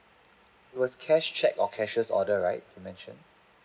was cash cheque or cashier's order right you mentioned